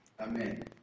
Amen